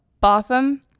Botham